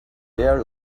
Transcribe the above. there